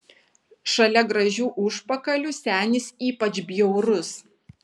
šalia gražių užpakalių senis ypač bjaurus